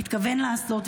מתכוונים לעשות,